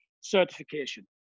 certification